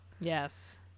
Yes